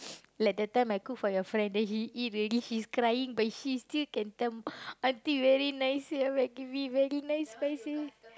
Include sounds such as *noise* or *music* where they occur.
like that time I cook for your friend then he eat already he's crying but he still can tell *breath* aunty very nice Maggi mee very nice spicy *noise*